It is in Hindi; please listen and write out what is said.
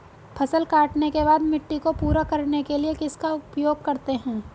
फसल काटने के बाद मिट्टी को पूरा करने के लिए किसका उपयोग करते हैं?